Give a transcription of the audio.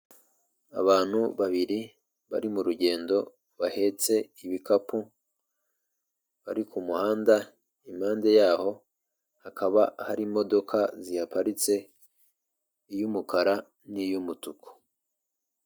Abantu babiri bari mu rugendo bahetse ibikapu bari ku muhanda, impande yaho hakaba hari imodoka zihaparitse iy'umukara n'iy'umutuku.